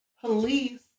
police